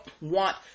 want